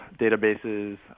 databases